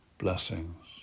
blessings